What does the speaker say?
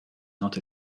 not